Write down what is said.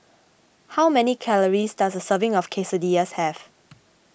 how many calories does a serving of Quesadillas have